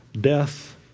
Death